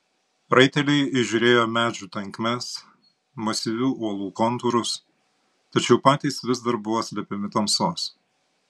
raiteliai įžiūrėjo medžių tankmes masyvių uolų kontūrus tačiau patys vis dar buvo slepiami tamsos